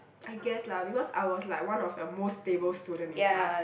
I guess lah because I was like one of the most stable student in class